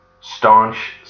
staunch